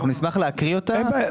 נשמח להקריא את הסעיף.